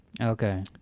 Okay